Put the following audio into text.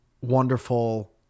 wonderful